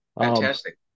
Fantastic